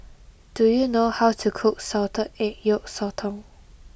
do you know how to cook Salted Egg Yolk Sotong